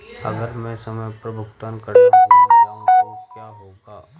अगर मैं समय पर भुगतान करना भूल जाऊं तो क्या होगा?